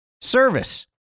Service